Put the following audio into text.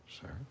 Sir